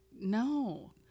no